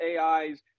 ais